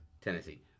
Tennessee